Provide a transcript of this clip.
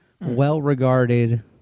well-regarded